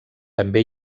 també